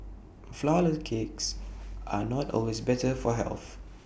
Flourless Cakes are not always better for health